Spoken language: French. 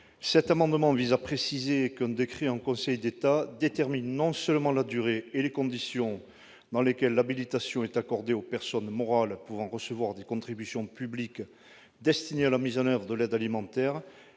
Cet amendement vise à préciser qu'un décret en Conseil d'État détermine non seulement la durée et les conditions dans lesquelles l'habilitation est accordée aux personnes morales pouvant recevoir des contributions publiques destinées à la mise en oeuvre de l'aide alimentaire,